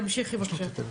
תמשיכי בבקשה.